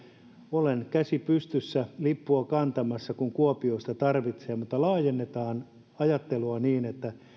olen käsi pystyssä lippua kantamassa kun kuopio sitä tarvitsee mutta laajennetaan ajattelua niin että